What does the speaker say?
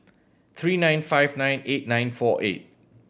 three nine five nine eight nine four eight